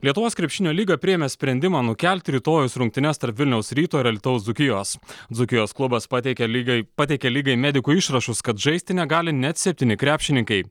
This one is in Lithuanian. lietuvos krepšinio lyga priėmė sprendimą nukelti rytojaus rungtynes tarp vilniaus ryto ir alytaus dzūkijos dzūkijos klubas pateikė lygai pateikė lygai medikų išrašus kad žaisti negali net septyni krepšininkai